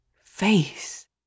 face